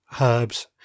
herbs